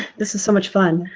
this is so much fun.